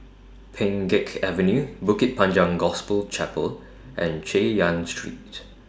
Pheng Geck Avenue Bukit Panjang Gospel Chapel and Chay Yan Street